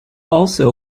also